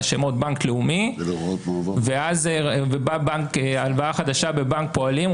על השמות ובאה הלוואה חדשה בבנק הפועלים,